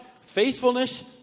Faithfulness